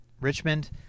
Richmond